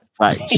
right